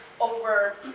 over